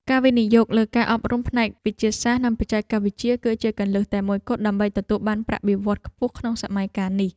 ការវិនិយោគលើការអប់រំផ្នែកវិទ្យាសាស្ត្រនិងបច្ចេកវិទ្យា គឺជាគន្លឹះតែមួយគត់ដើម្បីទទួលបានប្រាក់បៀវត្សរ៍ខ្ពស់ក្នុងសម័យកាលនេះ។